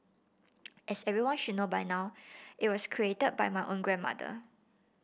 as everyone should know by now it was created by my own grandmother